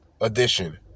edition